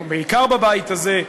בעיקר בבית הזה,